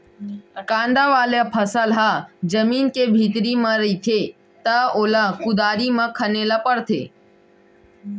कांदा वाला फसल ह जमीन के भीतरी म रहिथे त ओला कुदारी म खने ल परथे